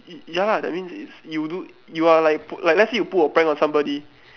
ya lah that means it's you do you're like pull let's say you pull a prank on somebody